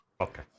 Okay